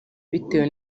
bitewe